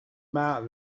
about